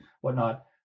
whatnot